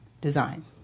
design